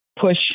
push